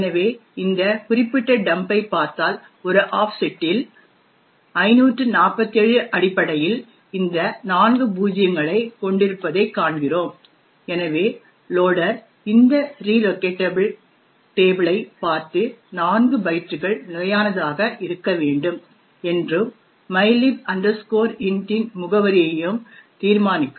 எனவே இந்த குறிப்பிட்ட டம்பைப் பார்த்தால் ஒரு ஆஃப்செட்டில் 547 அடிப்படையில் இந்த நான்கு பூஜ்ஜியங்களைக் கொண்டிருப்பதைக் காண்கிறோம் எனவே லோடர் இந்த ரிலோகேட்டபிள் டேபிளை பார்த்து 4 பைட்டுகள் நிலையானதாக இருக்க வேண்டும் என்றும் mylib int இன் முகவரியையும் தீர்மானிக்கும்